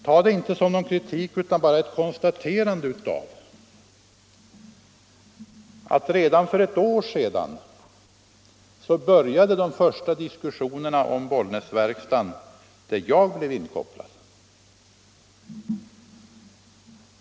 Tag inte det som någon kritik utan bara som ett konstaterande av ått redan för ett år sedan började de första diskussionerna om Bollnäs verkstad där jag blev inkopplad.